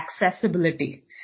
accessibility